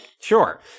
Sure